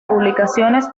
publicaciones